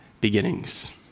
beginnings